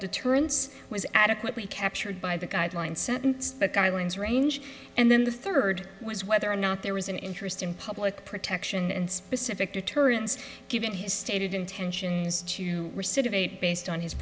deterrence was adequately captured by the guideline sentence the guidelines range and then the third was whether or not there was an interest in public protection and specific deterrence given his stated intentions to sedate based on his